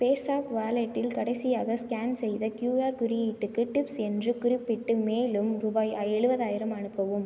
பேஸாப் வாலெட்டில் கடைசியாக ஸ்கேன் செய்த கியூஆர் குறியீட்டுக்கு டிப்ஸ் என்று குறிப்பிட்டு மேலும் ரூபாய் ஐ எழுபதாயிரம் அனுப்பவும்